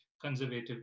conservative